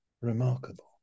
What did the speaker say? Remarkable